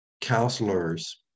counselors